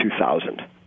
2000